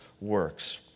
works